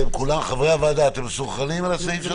חברי הוועדה, אתם מסונכרנים על הסעיף?